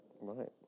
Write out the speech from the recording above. Right